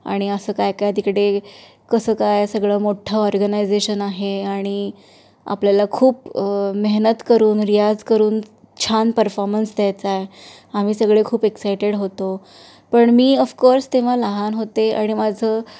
आणि असं काय काय तिकडे कसं काय सगळं मोठं ऑर्गनायझेशन आहे आणि आपल्याला खूप मेहनत करून रियाज करून छान परफॉर्मन्स द्यायचा आहे आम्ही सगळे खूप एक्सायटेड होतो पण मी अफकोर्स तेव्हा लहान होते आणि माझं